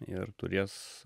ir turės